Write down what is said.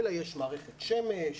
אלא יש מערכת שמש,